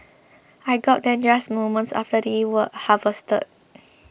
I got them just moments after they were harvested